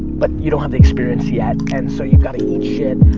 but you don't have the experience yet and so you've got to eat shit.